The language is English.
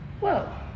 whoa